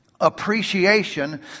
appreciation